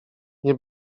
nie